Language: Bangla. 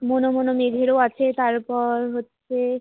মন মন মেঘেরও আছে তারপর হচ্ছে